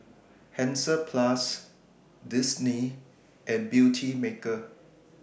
Hansaplast Disney and Beautymaker